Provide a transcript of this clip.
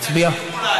אני אסכים.